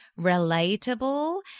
relatable